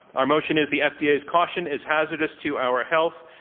our motion is the fda's caution is hazardous to our health.